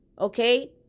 okay